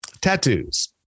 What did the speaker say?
tattoos